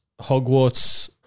Hogwarts